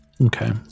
Okay